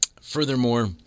Furthermore